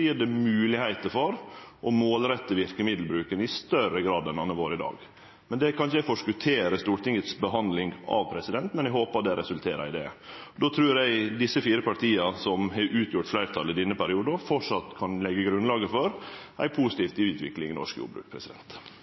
gjev det moglegheiter for å målrette verkemiddelbruken i større grad enn han har vore i dag. Det kan ikkje eg forskotere Stortingets behandling av, men eg håpar det resulterer i det. Då trur eg dei fire partia som har utgjort fleirtalet i denne perioden, framleis kan leggje grunnlaget for ei positiv utvikling i norsk jordbruk.